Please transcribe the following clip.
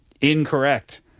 Incorrect